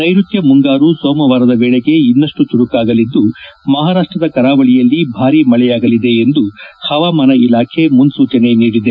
ನೈಋತ್ಯ ಮುಂಗಾರು ಸೋಮವಾರದ ವೇಳೆಗೆ ಇನ್ನಷ್ಟು ಚುರುಕಾಗಲಿದ್ದು ಮಹಾರಾಷ್ಟದ ಕರಾವಳಿಯಲ್ಲಿ ಭಾರಿ ಮಳೆಯಾಗಲಿದೆ ಎಂದು ಹವಾಮಾನ ಇಲಾಖೆ ಮುನೂಚನೆ ನೀಡಿದೆ